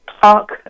talk